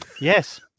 yes